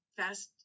fast